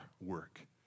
work